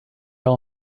all